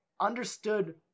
understood